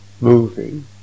moving